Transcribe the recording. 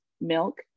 milk